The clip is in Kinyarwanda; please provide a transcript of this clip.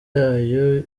yayo